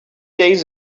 days